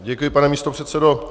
Děkuji, pane místopředsedo.